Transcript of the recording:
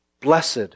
Blessed